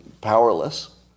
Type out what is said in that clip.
powerless